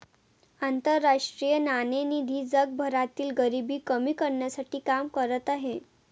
आंतरराष्ट्रीय नाणेनिधी जगभरातील गरिबी कमी करण्यासाठी काम करत आहे